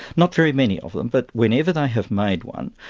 not very many of them but whenever they have made one,